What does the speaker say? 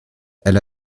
elle